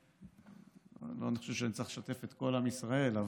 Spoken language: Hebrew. צריך לשתף את כל עם ישראל,